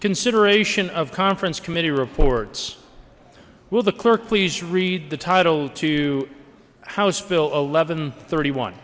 consideration of conference committee reports will the clerk please read the title to house bill eleven thirty one